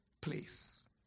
place